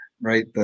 right